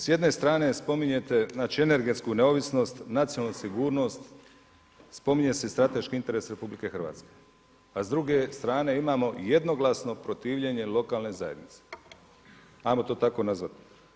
S jedne strane spominjete energetsku neovisnost, nacionalnu sigurnost spominje se i strateški interes RH, a s druge strane imamo jednoglasno protivljenje lokalne zajednice ajmo to tako nazvati.